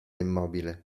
immobile